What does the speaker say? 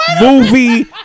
movie